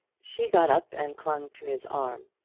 she got up and clung to his arm.